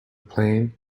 planet